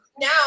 Now